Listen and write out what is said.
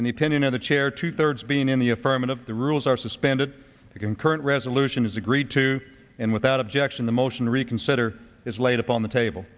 independent of the chair two thirds being in the affirmative the rules are suspended the concurrent resolution is agreed to and without objection the motion to reconsider is laid upon the table